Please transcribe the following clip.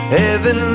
heaven